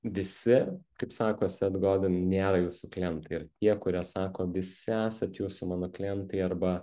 visi kaip sako sed goden nėra jūsų klientai ir tie kurie sako visi esat jūs mano klientai arba